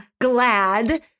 glad